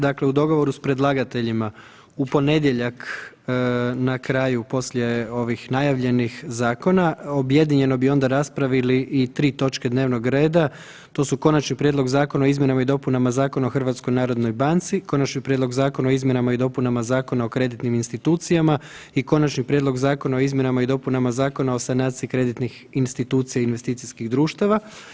Dakle u dogovoru s predlagateljima u ponedjeljak na kraju poslije ovih najavljenih zakona objedinjeno bi onda raspravili i tri točke dnevnog reda, to su Konačni prijedlog Zakona o izmjenama i dopunama Zakona o HNB-u, Konačni prijedlog Zakona o izmjenama i dopunama Zakona o kreditnim institucijama i Konačni prijedlog Zakona o izmjenama i dopunama Zakona o sanaciji kreditnih institucija i investicijskih društava.